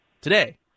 Today